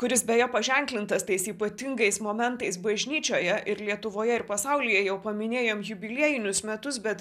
kuris beje paženklintas tais ypatingais momentais bažnyčioje ir lietuvoje ir pasaulyje jau paminėjom jubiliejinius metus bet